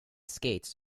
skates